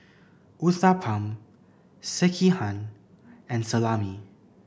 Uthapam Sekihan and Salami